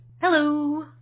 Hello